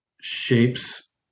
shapes